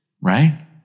right